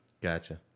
Gotcha